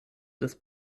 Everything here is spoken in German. des